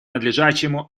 надлежащему